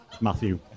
Matthew